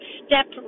step